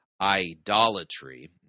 idolatry